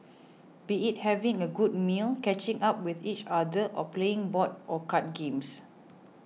be it having a good meal catching up with each other or playing board or card games